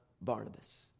Barnabas